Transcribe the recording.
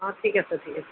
অঁ ঠিক আছে ঠিক আছে